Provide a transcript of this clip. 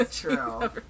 true